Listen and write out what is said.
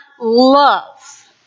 love